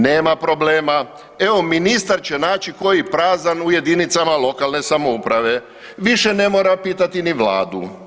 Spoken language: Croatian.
Nema problema, evo, ministar će naći koji prazan u jedinicama lokalne samouprave, više ne mora pitati ni Vladu.